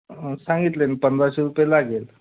हां सांगितले न पंधराशे रुपये लागेल